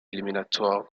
éliminatoires